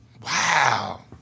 Wow